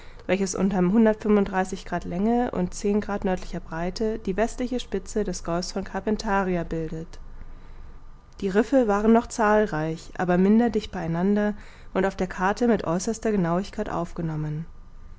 welches unterm grad länge und grad nördlicher breite die westliche spitze des golfs von carpentaria bildet die risse waren noch zahlreich aber minder dicht bei einander und auf der karte mit äußerster genauigkeit aufgenommen